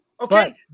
Okay